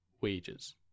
wages